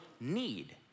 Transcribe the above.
need